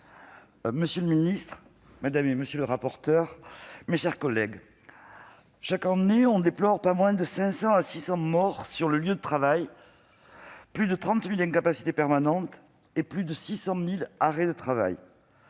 monsieur le secrétaire d'État, madame, monsieur les rapporteurs, mes chers collègues, chaque année, on ne déplore pas moins de 50 à 600 morts au travail, plus de 30 000 incapacités permanentes et plus de 600 000 arrêts de travail.